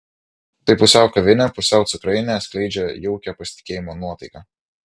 tai pusiau kavinė pusiau cukrainė skleidžia jaukią pasitikėjimo nuotaiką